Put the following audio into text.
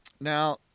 Now